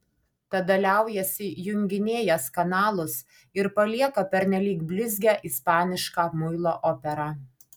tada liaujasi junginėjęs kanalus ir palieka pernelyg blizgią ispanišką muilo operą